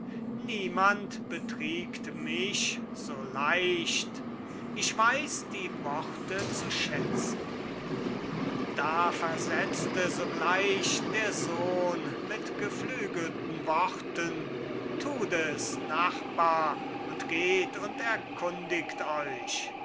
niemand betriegt mich so leicht ich weiß die worte zu schätzen da versetzte sogleich der sohn mit geflügelten worten tut es nachbar und geht und erkundigt euch